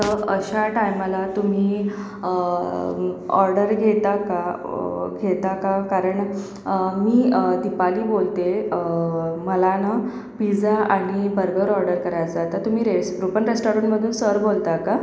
तर अशा टायमाला तुम्ही ऑर्डर घेता का घेता का कारण मी दीपाली बोलते आहे मला ना पिझ्झा आणि बर्गर ऑर्डर करायचा आहे तुम्ही रेस् रुपम रेस्टॉरंटमधून सर बोलता का